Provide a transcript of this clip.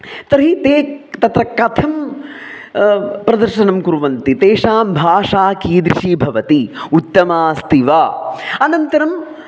तर्हि ते तत्र कथं प्रदर्शनं कुर्वन्ति तेषां भाषा कीदृशी भवति उत्तमा अस्ति वा अनन्तरम्